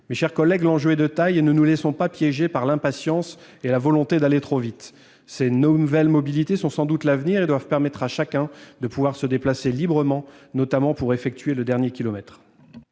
Mes chers collègues, l'enjeu est de taille : ne nous laissons donc pas piéger par l'impatience et la volonté d'aller trop vite ! Ces nouvelles mobilités sont sans doute l'avenir ; elles doivent permettre à chacun de se déplacer librement, notamment pour effectuer le dernier kilomètre.